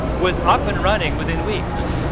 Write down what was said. was up and running within weeks.